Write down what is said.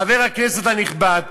חבר הכנסת הנכבד,